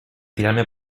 tirarme